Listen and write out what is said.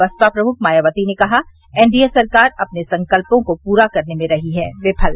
बसपा प्रमुख मायावती ने कहा एनडीए सरकार अपने संकल्पों को पूरा करने में रही है विफल